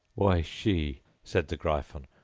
why, she said the gryphon.